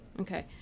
Okay